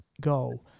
go